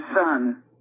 Son